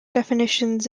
definitions